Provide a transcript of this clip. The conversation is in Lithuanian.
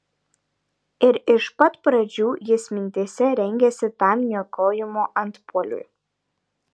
ir iš pat pradžių jis mintyse rengėsi tam niokojimo antpuoliui